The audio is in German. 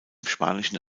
spanischen